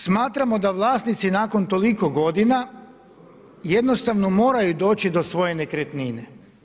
Smatramo da vlasnici nakon toliko godina jednostavno moraju doći do svoje nekretnine.